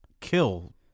kill